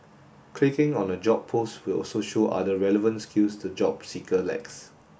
clicking on a job post will also show other relevant skills the job seeker lacks